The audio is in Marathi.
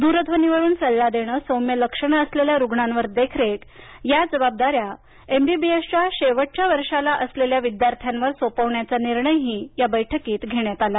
दूरध्वनीवरून सल्ला देणं सौम्य लक्षणं असलेल्या रुग्णांवर देखरेख या जबाबदाऱ्या एमबीबीएसच्या शेवटच्या वर्षाला असलेल्या विद्यार्थांवर सोपवण्याचाही निर्णय या वेळी घेण्यात आला